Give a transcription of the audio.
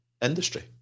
industry